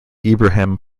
ibrahim